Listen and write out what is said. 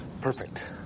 Perfect